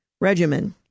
regimen